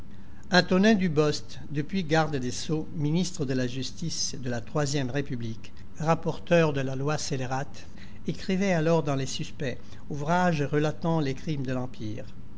antonin dubost depuis garde des sceaux ministre de la justice de la e épublique rapporteur de la loi scélérate écrivait alors dans les suspects ouvrage relatant les crimes de l'empire